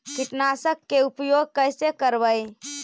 कीटनाशक के उपयोग कैसे करबइ?